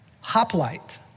Hoplite